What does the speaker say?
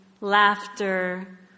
laughter